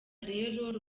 rero